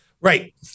Right